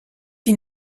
die